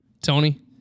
Tony